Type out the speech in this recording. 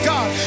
God